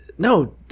No